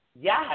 Yes